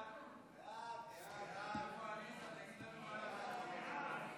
ההצעה להעביר את הצעת חוק שירות ביטחון